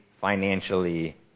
financially